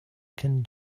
can